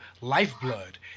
Lifeblood